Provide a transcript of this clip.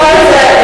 בכל מקרה,